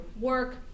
work